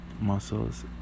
muscles